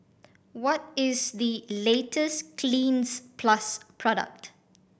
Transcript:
what is the latest Cleanz Plus product